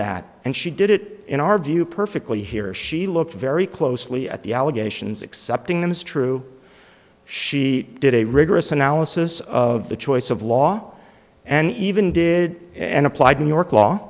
that and she did it in our view perfectly here she looked very closely at the allegations accepting them is true she did a rigorous analysis of the choice of law and even did and applied new york law